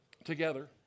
together